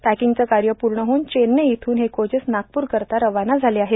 पॅर्कंगचं काय पूण होऊन चेन्नई इथून हे कोचेस नागपूर करता रवाना झाले आहे